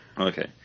Okay